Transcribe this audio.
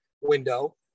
window